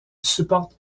supporte